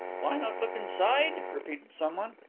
why not look inside repeated someone.